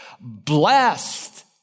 Blessed